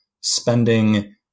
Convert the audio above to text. spending